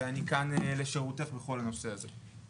ואני כאן לשירותך בכל הנושא הזה.